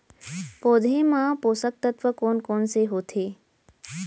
पौधे मा पोसक तत्व कोन कोन से होथे?